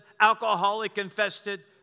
alcoholic-infested